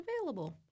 available